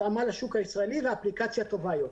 התאמה לשוק הישראלי ואפליקציה טובה יותר.